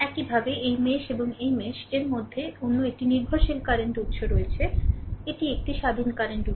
একইভাবে এই মেশ এবং এই মেশ এর মধ্যে অন্য একটি নির্ভরশীল কারেন্ট উত্স আছে এটি এটি স্বাধীন কারেন্ট উত্স